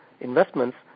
investments